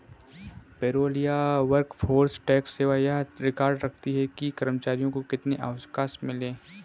payroll या workforce tax सेवा यह रिकॉर्ड रखती है कि कर्मचारियों को कितने अवकाश मिले